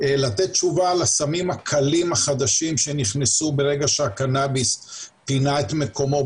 לתת תשובה לסמים הקלים החדשים שנכנסו ברגע שהקנאביס פינה את מקומו,